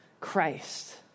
Christ